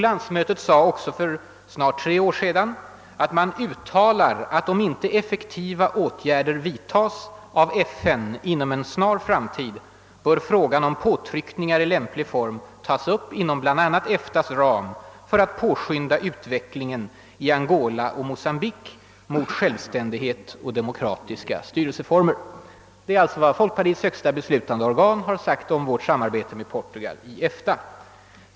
Landsmötet framhöll också vid detta tillfälle för snart tre år sedan, att »om inte effektiva åtgärder vidtas av FN inom en snar framtid bör frågan om påtryckningar i lämplig form tas upp inom bla. EFTA:s ram för att påskynda utvecklingen i Angola och Mocambique mot självständighet och demokratiska styrelseformer». Det är alltså vad folkpartiets högsta beslutande organ uttalat om vårt samarbete med Portugal inom EFTA.